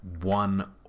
one